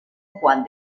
juan